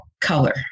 color